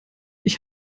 ich